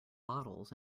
bottles